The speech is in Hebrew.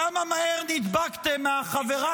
כמה מהר נדבקתם מהחברה